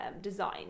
Design